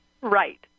Right